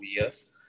years